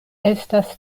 estas